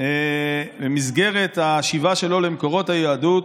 במסגרת השיבה שלו למקורות היהדות,